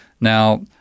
Now